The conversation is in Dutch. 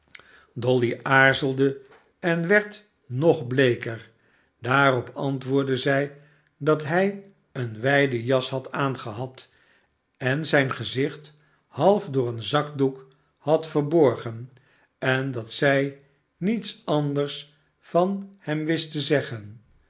dolly aarzelde en werd nog bleeker daarop antwoordde zij dat hij een wijden jas had aangehad en zijn gezicht half door een zakdoek had verborgen en dat zij niets anders van hem wist te zeggen